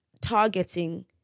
targeting